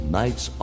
nights